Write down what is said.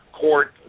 court